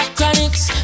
Chronics